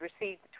received